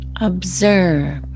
observe